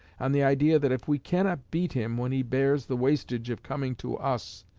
on the idea that if we cannot beat him when he bears the wastage of coming to us,